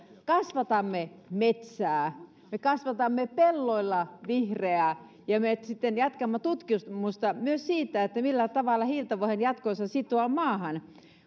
kasvatamme metsää ja me kasvatamme pelloilla vihreää ja me jatkamme tutkimusta myös siitä millä tavalla hiiltä voidaan jatkossa sitoa maahan